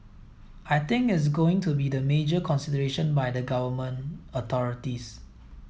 I think is going to be the major consideration by the Government authorities